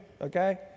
okay